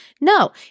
No